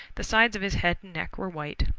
the sides of his head and neck were white.